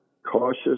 Cautious